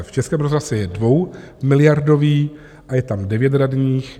V Českém rozhlase je dvoumiliardový a je tam 9 radních.